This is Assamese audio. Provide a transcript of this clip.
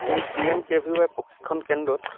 এই P M K V Y প্ৰশিক্ষণ কেন্দ্ৰত